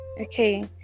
Okay